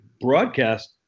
broadcast